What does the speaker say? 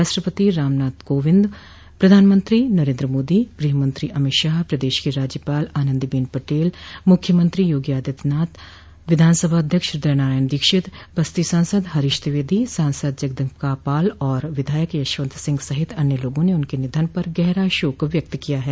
राष्ट्रपति रामनाथ कोंविद प्रधानमंत्री नरेन्द्र मोदी गृहमंत्री अमित शाह प्रदेश की राज्यपाल आनन्दीबेन पटेल मुख्यमंत्री योगी आदित्यनाथ विधानसभा अध्यक्ष हृदय नारायण दीक्षित बस्ती सांसद हरीश द्विवेदी सांसद जगदम्बिका पाल और विधायक यशवंत सिंह सहित अन्य लोगों ने उनके निधन पर गहरा शोक व्यक्त किया है